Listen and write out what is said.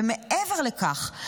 ומעבר לכך,